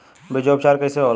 बीजो उपचार कईसे होला?